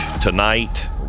tonight